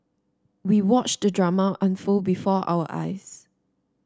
we watched the drama unfold before our eyes